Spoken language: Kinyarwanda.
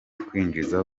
kwinjizwa